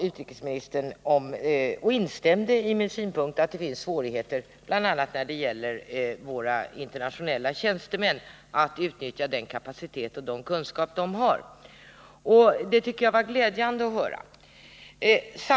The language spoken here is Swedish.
Utrikesministern instämde i mitt uttalande att det finns svårigheter bl.a. när det gäller att utnyttja den kapacitet och de kunskaper som våra internationella tjänstemän har. Det var glädjande att höra det.